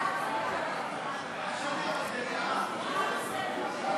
4 נתקבלו.